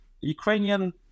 ukrainian